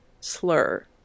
slur